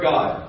God